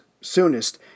soonest